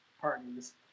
parties